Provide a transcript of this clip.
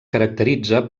caracteritza